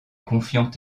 confiante